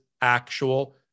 actual